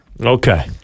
Okay